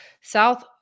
South